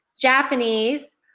Japanese